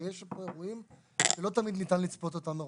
הרי יש פה אירועים שלא תמיד ניתן לצפות אותם מראש.